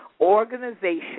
organization